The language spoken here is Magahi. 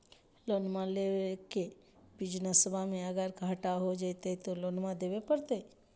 लोनमा लेके बिजनसबा मे अगर घाटा हो जयते तो लोनमा देवे परते?